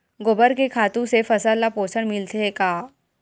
गोबर के खातु से फसल ल पोषण मिलथे का?